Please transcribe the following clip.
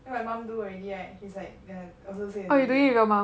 then my mum do already right she's like also say the same thing